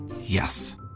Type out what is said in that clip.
Yes